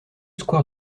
square